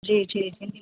جی ٹھیک ہے